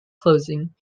closing